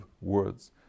words